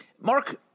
Mark